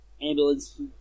ambulance